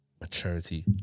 maturity